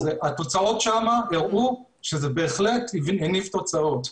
התוצאות שם הראו שזה בהחלט הניב תוצאות.